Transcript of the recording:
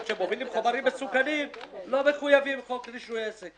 שמובילות חומרים מסוכנים לא מחויבים בחוק רישוי עסק